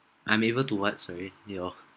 I'm able to what sorry your